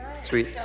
Sweet